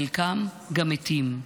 חלקם גם מתים.